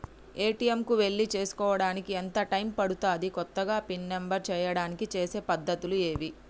ATM కు వెళ్లి చేసుకోవడానికి ఎంత టైం పడుతది? కొత్తగా పిన్ నంబర్ చేయడానికి చేసే పద్ధతులు ఏవి?